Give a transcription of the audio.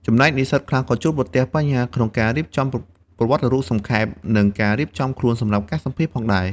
ចំណែកនិស្សិតខ្លះក៏ជួបប្រទះបញ្ហាក្នុងការរៀបចំប្រវត្តិរូបសង្ខេប និងការរៀបចំខ្លួនសម្រាប់ការសម្ភាសន៍ផងដែរ។